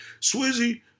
Swizzy